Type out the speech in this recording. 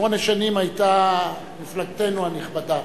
שמונה שנים היתה מפלגתנו הנכבדה.